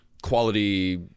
Quality